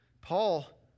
Paul